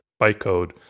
bytecode